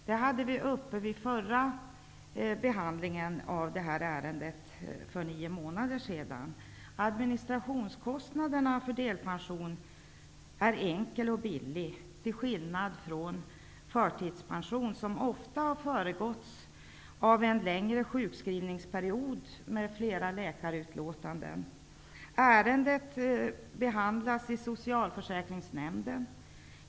Det tog vi upp förra gången ärendet behandlades, dvs. för nio månader sedan. När det gäller administrationskostnaderna för delpension är det enkelt och billigt -- till skillnad från förtidspensionen, som ofta föregåtts av en längre sjukskrivningsperiod med flera läkarutlåtanden. Ärendet behandlas i socialförsäkringsnämnden.